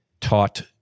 taught